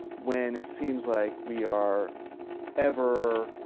when it seems like we are ever